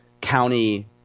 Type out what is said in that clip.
county